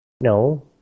No